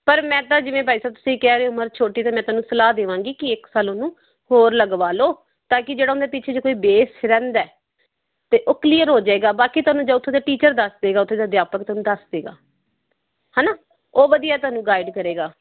ਪਰ ਮੈਂ ਤਾਂ ਜਿਵੇਂ ਬਾਈ ਸਾਹਿਬ ਤੁਸੀਂ ਕਹਿ ਰਹੇ ਹੋ ਉਮਰ ਛੋਟੀ ਅਤੇ ਮੈਂ ਤੁਹਾਨੂੰ ਸਲਾਹ ਦੇਵਾਂਗੀ ਕਿ ਇੱਕ ਸਾਲ ਉਹਨੂੰ ਹੋਰ ਲਗਵਾ ਲਓ ਤਾਂ ਕਿ ਜਿਹੜਾ ਉਹਨੇ ਪਿੱਛੇ ਜੇ ਕੋਈ ਬੇਸ ਰਹਿੰਦਾ ਤਾਂ ਉਹ ਕਲੀਅਰ ਹੋ ਜਾਏਗਾ ਬਾਕੀ ਤੁਹਾਨੂੰ ਜੇ ਉੱਥੋਂ ਦੇ ਟੀਚਰ ਦੱਸ ਦੇਵੇਗਾ ਉੱਥੇ ਦਾ ਅਧਿਆਪਕ ਤੁਹਾਨੂੰ ਦੱਸ ਦੇਵੇਗਾ ਹੈ ਨਾ ਉਹ ਵਧੀਆ ਤੁਹਾਨੂੰ ਗਾਈਡ ਕਰੇਗਾ